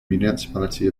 municipality